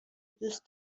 دوست